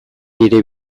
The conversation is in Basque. nire